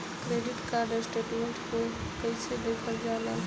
Credit card statement कइसे देखल जाला?